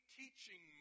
teaching